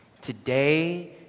today